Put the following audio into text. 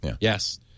Yes